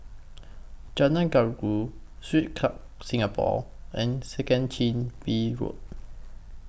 Jalan Gajus Swiss Club Singapore and Second Chin Bee Road